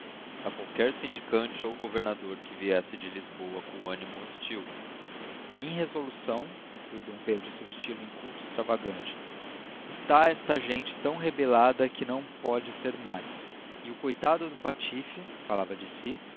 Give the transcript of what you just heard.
a qualquer syndicante ou governador que viesse de lisboa com animo hostil em resolução conclue d pedro no seu estylo inculto e extravagante está esta gente tão rebellada que não pôde ser mais e o coitado do patife fallava de si